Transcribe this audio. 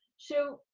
so,